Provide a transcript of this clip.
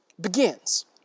begins